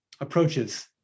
approaches